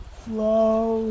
flow